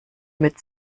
mit